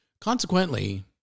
consequently